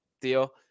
deal